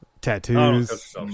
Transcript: Tattoos